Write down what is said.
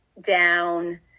down